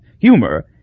humor